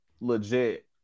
legit